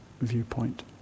viewpoint